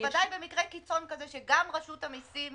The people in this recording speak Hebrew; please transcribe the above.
בוודאי במקרה קיצון כזה, שגם רשות המיסים